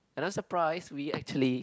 and I'm surprise we actually